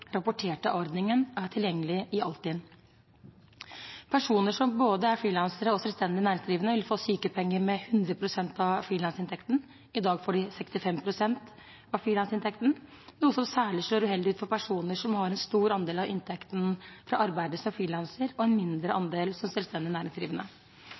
er tilgjengelige i Altinn. Personer som er både frilansere og selvstendig næringsdrivende, vil få sykepenger med 100 pst. av frilansinntekten. I dag får de 65 pst. av frilansinntekten, noe som særlig slår uheldig ut for personer som har en stor andel av inntekten fra arbeidet som frilanser og en mindre